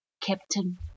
Captain